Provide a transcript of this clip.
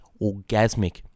orgasmic